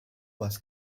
was